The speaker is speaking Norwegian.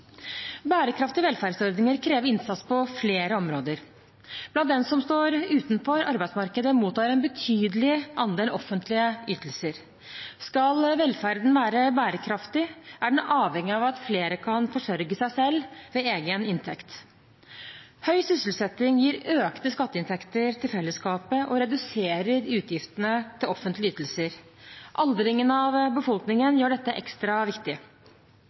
Bærekraftige velferdsordninger krever innsats på flere områder. Av dem som står utenfor arbeidsmarkedet, mottar en betydelig andel offentlige ytelser. Skal velferden være bærekraftig, er den avhengig av at flere kan forsørge seg selv ved egen inntekt. Høy sysselsetting gir økte skatteinntekter til fellesskapet og reduserer utgiftene til offentlige ytelser. Aldringen av befolkningen gjør dette ekstra viktig.